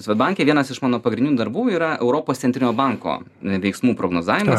svedbanke vienas iš mano pagrindinių darbų yra europos centrinio banko veiksmų prognozavimas